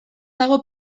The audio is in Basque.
dago